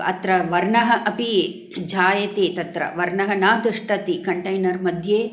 अत्र वर्णः अपि जायते तत्र वर्णः न तिष्ठति कन्टैनर् मध्ये